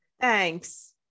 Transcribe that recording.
Thanks